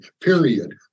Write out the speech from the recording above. period